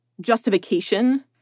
justification